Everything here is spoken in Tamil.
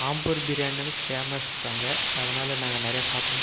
ஆம்பூர் பிரியாணினாலே ஃபேமஸ் அங்கே அதனால் நாங்கள் நிறையா சாப்பிடுவோம்